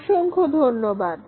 অসংখ্য ধন্যবাদ